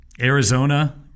Arizona